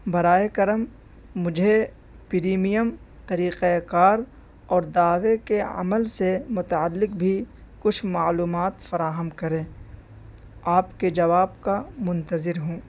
براہ کرم مجھے پریمیم طریقۂ کار اور دعوے کے عمل سے متعلق بھی کچھ معلومات فراہم کریں آپ کے جواب کا منتظر ہوں